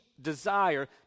desire